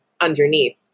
underneath